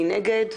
מי נגד?